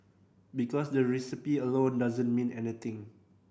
because the recipe alone doesn't mean anything